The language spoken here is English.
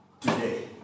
today